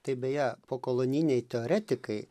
tai beje pokolonijiniai teoretikai